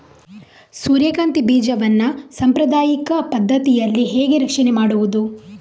ಸೂರ್ಯಕಾಂತಿ ಬೀಜವನ್ನ ಸಾಂಪ್ರದಾಯಿಕ ಪದ್ಧತಿಯಲ್ಲಿ ಹೇಗೆ ರಕ್ಷಣೆ ಮಾಡುವುದು